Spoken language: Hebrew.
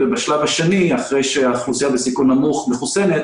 ובשלב השני, אחרי שהאוכלוסייה בסיכון נמוך מחוסנת